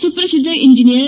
ಸುಪ್ರಸಿದ್ದ engineer